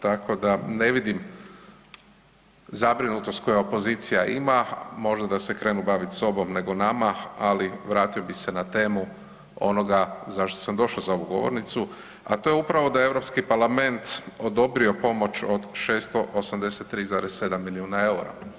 Tako da ne vidim zabrinutost koju opozicija ima, možda da se krenu baviti sobom nego nama, ali vratio bih se na temu onoga zašto sam došao za ovu govornicu, a to je upravo da je Europski parlament odobrio pomoć od 683,7 milijuna EUR-a.